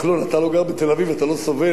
אתה לא סובל את מה שדניאל סובל.